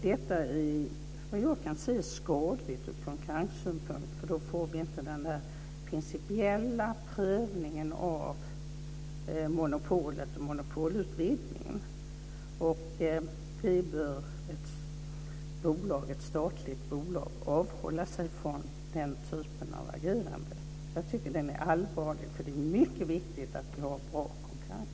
Detta är vad jag kan se skadligt ur konkurrenssynpunkt, för då får vi inte den där principiella prövningen av monopolet och monopolutvidgningen. Den typen av agerande bör ett statligt bolag avhålla sig från. Jag tycker att det är allvarligt, för det är mycket viktigt att vi har bra konkurrens.